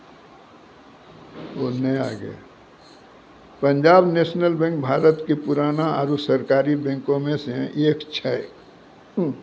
पंजाब नेशनल बैंक भारत के पुराना आरु सरकारी बैंको मे से एक छै